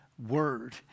Word